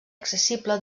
accessible